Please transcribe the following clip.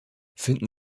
finden